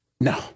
No